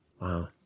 Wow